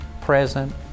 present